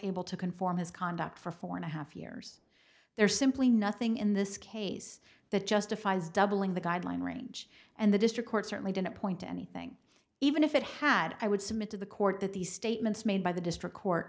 able to conform his conduct for four and a half years there's simply nothing in this case that justifies doubling the guideline range and the district court certainly didn't point to anything even if it had i would submit to the court that these statements made by the district court